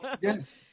yes